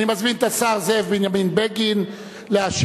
אני מזמין את השר זאב בנימין בגין להשיב